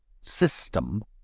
system